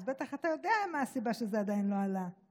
אז בטח אתה יודע מה הסיבה שזה עדיין לא עלה.